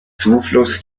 zufluss